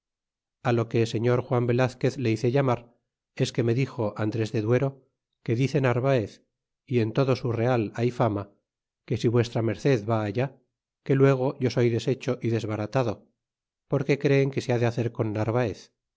a lo que señor juan velazquez le hice llamar es que me dixo andres de duero que dice narvaez y en todo su real hay fama que si v m va allá que luego yo soy deshecho y desbaratado porque creen que se ha de hacer con narvaez